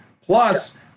Plus